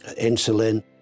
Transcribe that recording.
insulin